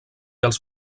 els